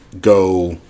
go